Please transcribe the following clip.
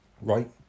Right